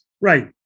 Right